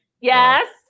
yes